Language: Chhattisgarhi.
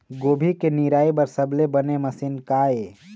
गोभी के निराई बर सबले बने मशीन का ये?